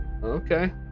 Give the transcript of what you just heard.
Okay